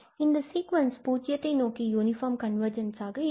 இந்த சீக்வென்ஸ் பூஜ்ஜியத்தை நோக்கி யூனிபார்ம் கன்வர்ஜென்ஸ் ஆக இருக்கும்